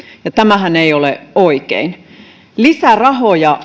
ja tämähän ei ole oikein lisärahoja